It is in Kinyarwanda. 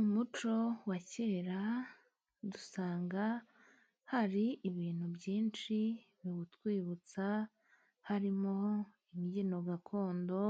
Umuco wa kera dusanga hari ibintu byinshi biwutwibutsa. harimo imbyino gakondo,